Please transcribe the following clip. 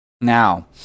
now